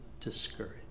discouraged